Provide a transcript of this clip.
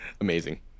Amazing